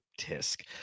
tisk